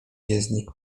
jezdni